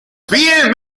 viel